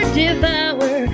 devour